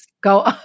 go